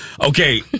Okay